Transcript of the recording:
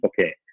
okay